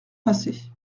passé